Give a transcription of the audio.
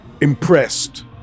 impressed